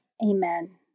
Amen